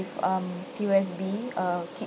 um P_O_S_B uh